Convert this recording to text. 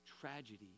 tragedy